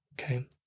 okay